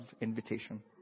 invitation